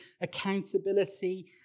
accountability